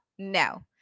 No